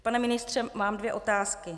Pane ministře, mám dvě otázky.